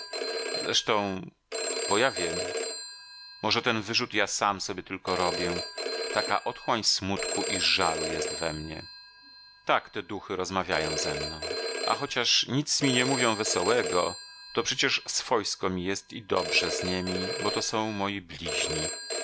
zresztą bo ja wiem może ten wyrzut ja sam sobie tylko robię taka otchłań smutku i żalu jest we mnie tak te duchy rozmawiają ze mną a chociaż nic mi nie mówią wesołego to przecież swojsko mi jest i dobrze z niemi bo to są moi